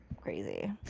crazy